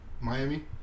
Miami